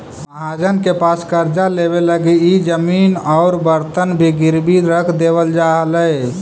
महाजन के पास कर्जा लेवे लगी इ जमीन औउर बर्तन भी गिरवी रख देवल जा हलई